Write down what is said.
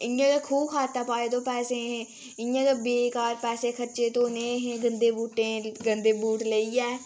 इ'यां गै खूह् खातै पाए तो पैसे अहें इ'यां गै बेकार पैसे खर्चे तोह् नेह् अहें गंदे बूटें गंदे बूट लेइयै